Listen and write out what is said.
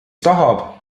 tahab